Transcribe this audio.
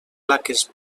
plaques